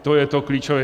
To je to klíčové.